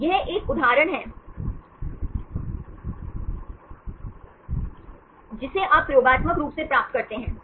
यह एक उदाहरण है जिसे आप प्रयोगात्मक रूप से प्राप्त करते हैं